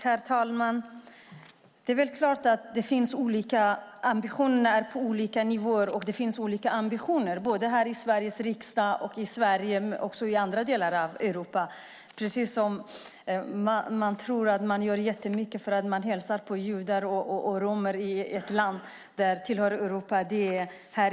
Herr talman! Det finns olika ambitioner på olika nivåer, och det finns olika ambitioner. Det gäller här i Sveriges riksdag, i Sverige och i andra delar av Europa. Man tror att man gör jättemycket för att man hälsar på judar och romer i ett land i Europa.